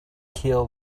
kill